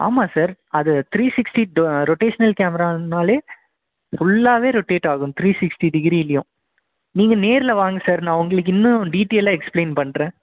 ஆமாம் சார் அது three sixty rotational கேமரானாலே ஃபுல்லாகவே ரொட்டேட் ஆகும் த்ரீ சிக்ஸ்டி டிகிரிலியும் நீங்கள் நேரில் வாங்கள் சார் நான் உங்களுக்கு இன்னும் டீட்டெய்லாக எக்ஸ்பிளைன் பண்ணுறேன்